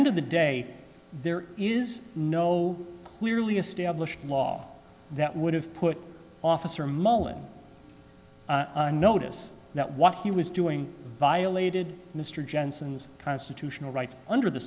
end of the day there is no clearly established law that would have put officer mullen on notice that what he was doing violated mr jenson's constitutional rights under the